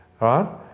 right